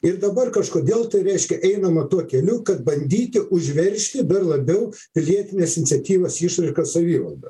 ir dabar kažkodėl tai reiškia einama tuo keliu kad bandyti užveržti dar labiau pilietinės iniciatyvos išraišką savivalda